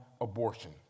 abortion